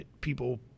People